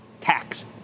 tax